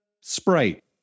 Sprite